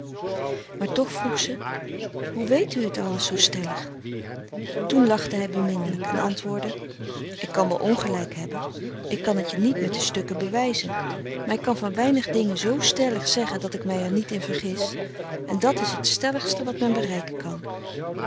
maar toch vroeg ze hoe weet u t alles zoo stellig toen lachte hij beminnelijk en antwoordde ik kan wel ongelijk hebben ik kan t je niet met de stukken bewijzen maar ik kan van weinig dingen z stellig zeggen dat ik mij er niet in vergis en dat is t stelligste wat men bereiken kan